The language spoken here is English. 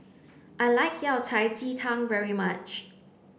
I like Yao Cai Ji Tang very much